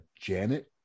Janet